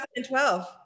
2012